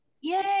Yay